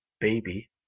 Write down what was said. Baby